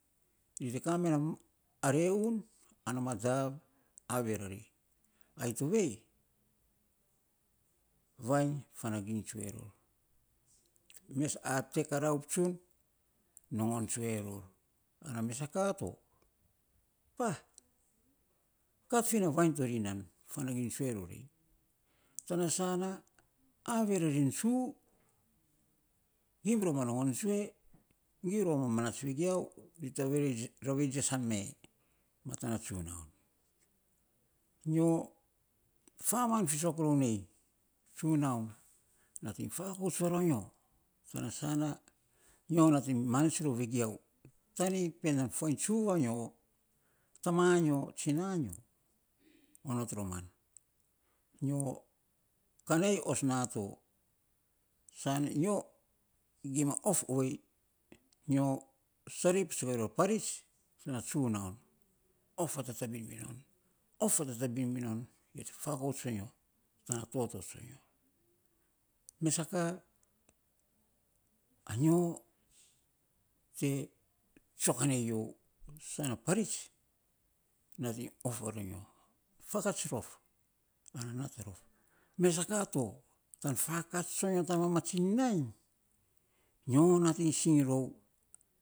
Ri te kame na reun ana madav ave rari, ai tovei vainy fanag iny tsue ror, mes ar te karouf tsun nogon tsue ror ana mes sa ka to pa kat. fi na vainy to fanaginy tsue ror ai, tana sana ave rarin tsu gim ror ma nogon tsue, gi ma manats vigiau ri ravei tsesan me matan na tsunaun nyo faman fisok rou nei tsunaun nating fakouts fisok varonyo tana sana nyo nating manats rou vegiau tanik me fain tsuvu vainyo, tamanyo, tsinanyo onot romanyo, kanei os na to sai, nyo gima of ovei nyo sarei patsuiny ro a parits tana tsunaun of fatatabin mi non yia fakouts vanyo tana toto tsoinyo, mes a ka anyo te tsokanei yio sana parits nating of varonyo, fakats rof an nat rof mes sa ka to tan fakat tsoinyo tan mamatsiny nainy nyo nating sing rou.